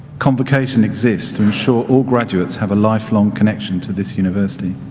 convocation exists to ensure all graduates have a lifelong connection to this university.